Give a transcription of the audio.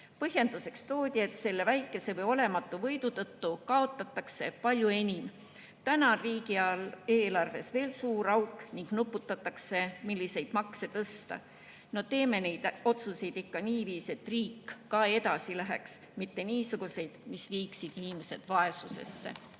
Põhjenduseks tuuakse, et selle väikese või olematu võidu tõttu kaotatakse palju enam. Täna on riigieelarves ikka veel suur auk ning nuputatakse, milliseid makse tõsta. No teeme neid otsuseid ikka niiviisi, et riik ka edasi läheks, mitte niisuguseid, mis viivad inimesed vaesusesse.